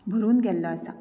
भरून गेल्लो आसा